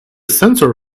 sensor